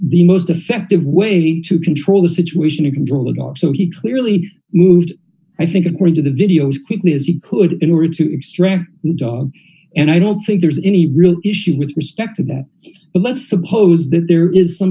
the most effective way to control the situation and control it so he clearly moved i think according to the videos quickly as he could in order to extract the dog and i don't think there's any real issue with respect to that but let's suppose that there is some